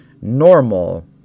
normal